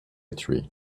tree